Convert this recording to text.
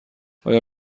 آیا